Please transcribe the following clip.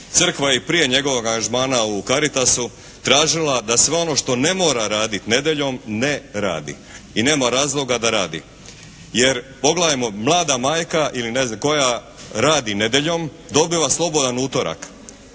Crkva je i prije njegovog angažmana u Caritasu tražila da sve ono što ne mora raditi nedjeljom ne radi. I nema razloga da radi. Jer pogledajmo, mlada majka ili ne znam koja, radi nedjeljom dobiva slobodan utorak